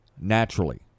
naturally